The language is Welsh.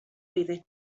oeddet